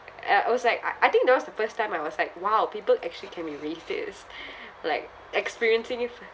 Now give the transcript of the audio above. uh I was like I I think that was the first time I was like !wow! people actually can be racist like experiencing it